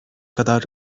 kadar